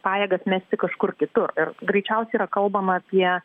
pajėgas mesti kažkur kitur ir greičiausiai yra kalbama apie